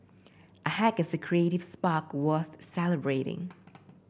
a hack is a creative spark worth celebrating